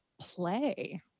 play